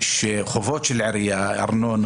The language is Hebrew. שחובות לעירייה: ארנונה,